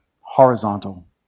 Horizontal